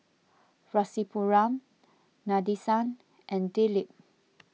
Rasipuram Nadesan and Dilip